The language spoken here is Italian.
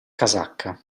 casacca